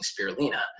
spirulina